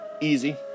easy